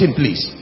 please